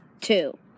Two